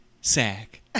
sack